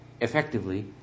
effectively